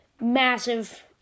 massive